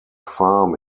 farm